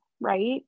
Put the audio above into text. right